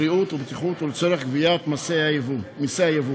בריאות ובטיחות ולצורך גביית מסי היבוא.